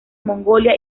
mongolia